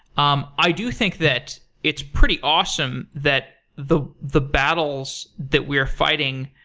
um i do think that it's pretty awesome that the the battles that we are fighting